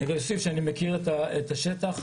אני מכיר את השטח,